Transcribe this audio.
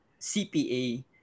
CPA